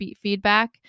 feedback